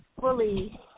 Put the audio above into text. fully